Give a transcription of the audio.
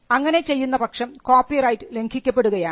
അങ്ങനെ ചെയ്യുന്ന പക്ഷം കോപ്പിറൈറ്റ് ലംഘിക്കപ്പെടുകയാണ്